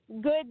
good